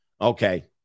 Okay